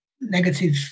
negative